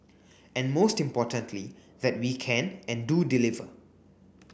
and most importantly that we can and do deliver